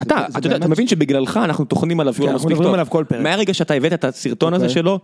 אתה, אתה יודע, אתה מבין שבגללך אנחנו טוחנים עליו כאילו מספיק טוב, אנחנו מדברים עליו כל פרק, מהרגע שאתה הבאת את הסרטון הזה שלו?